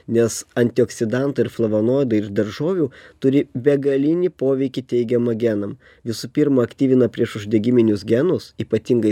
nes antioksidantai ir flavonoidai ir daržovių turi begalinį poveikį teigiamą genam visų pirma aktyvina priešuždegiminius genus ypatingai